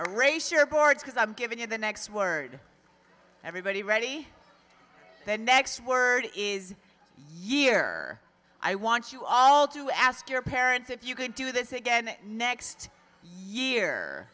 a race you're bored because i'm giving you the next word everybody ready the next word is year i want you all to ask your parents if you can do this again next year